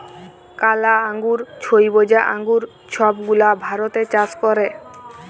কালা আঙ্গুর, ছইবজা আঙ্গুর ছব গুলা ভারতে চাষ ক্যরে